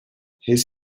his